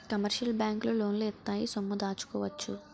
commercial బ్యాంకులు లోన్లు ఇత్తాయి సొమ్ము దాచుకోవచ్చు